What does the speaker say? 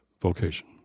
vocation